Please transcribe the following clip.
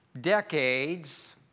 decades